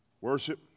Worship